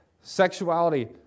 Sexuality